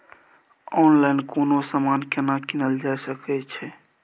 Online कोनो समान केना कीनल जा सकै छै?